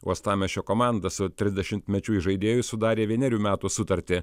uostamiesčio komanda su trisdešimtmečiu įžaidėju sudarė vienerių metų sutartį